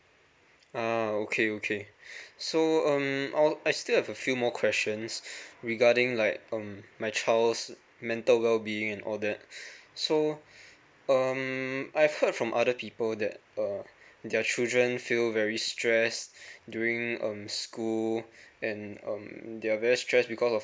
uh okay okay so um I'll I still have a few more questions regarding like um my child's mental well being and all that so um I've heard from other people that uh their children feel very stress during um school and um they're very stress because